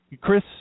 Chris